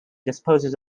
disposes